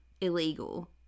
illegal